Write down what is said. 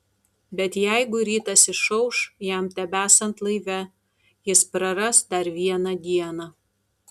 bet jeigu rytas išauš jam tebesant laive jis praras dar vieną dieną